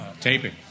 taping